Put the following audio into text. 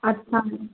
अच्छा